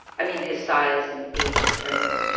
i mean, his size and age difference